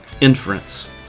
inference